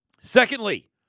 Secondly